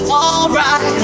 alright